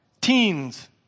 Teens